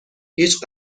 هیچ